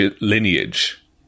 lineage